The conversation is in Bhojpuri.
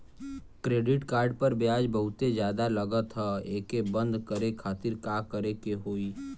क्रेडिट कार्ड पर ब्याज बहुते ज्यादा लगत ह एके बंद करे खातिर का करे के होई?